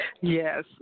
Yes